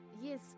yes